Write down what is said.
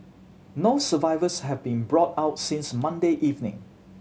no survivors have been brought out since Monday evening